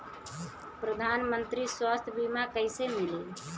प्रधानमंत्री स्वास्थ्य बीमा कइसे मिली?